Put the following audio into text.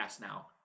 now